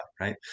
right